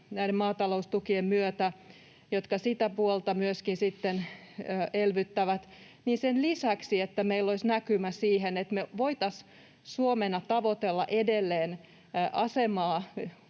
maataloustukien myötä, jotka sitä puolta myöskin sitten elvyttävät — että sen lisäksi meillä olisi näkymä siihen, että me voitaisiin Suomena tavoitella edelleen asemaa